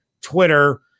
Twitter